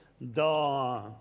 Da